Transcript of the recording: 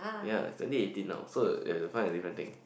ya it's twenty eighteen now so you have to find a different thing